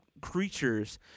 creatures